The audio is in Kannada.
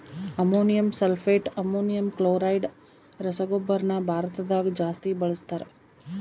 ಅಮೋನಿಯಂ ಸಲ್ಫೆಟ್, ಅಮೋನಿಯಂ ಕ್ಲೋರೈಡ್ ರಸಗೊಬ್ಬರನ ಭಾರತದಗ ಜಾಸ್ತಿ ಬಳಸ್ತಾರ